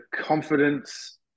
confidence